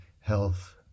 health